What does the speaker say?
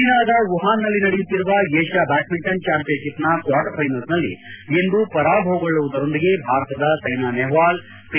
ಚೀನಾದ ವುಹಾನ್ನಲ್ಲಿ ನಡೆಯುತ್ತಿರುವ ಏಷ್ಯಾ ಬ್ಯಾಡ್ಮಿಂಟನ್ ಚಾಂಪಿಯನ್ಶಿಪ್ನ ಕ್ವಾರ್ಟರ್ ಫೈನಲ್ನಲ್ಲಿ ಇಂದು ಪರಾಭವಗೊಳ್ಳುವುದರೊಂದಿಗೆ ಭಾರತದ ಸೈನಾ ನೇಷ್ವಾಲ್ ಪಿ